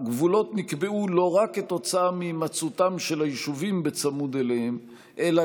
הגבולות נקבעו לא רק כתוצאה מהימצאותם של היישובים צמוד אליהם אלא